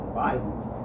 violence